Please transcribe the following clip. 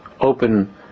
open